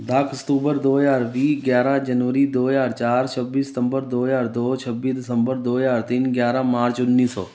ਦਸ ਸਤੂਬਰ ਦੋ ਹਜ਼ਾਰ ਵੀਹ ਗਿਆਰਾਂ ਜਨਵਰੀ ਦੋ ਹਜ਼ਾਰ ਚਾਰ ਛੱਬੀ ਸਤੰਬਰ ਦੋ ਹਜ਼ਾਰ ਦੋ ਛੱਬੀ ਦਸੰਬਰ ਦੋ ਹਜ਼ਾਰ ਤਿੰਨ ਗਿਆਰਾਂ ਮਾਰਚ ਉੱਨੀ ਸੌ